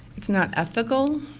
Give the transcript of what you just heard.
it's not ethical.